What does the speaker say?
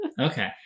okay